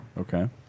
Okay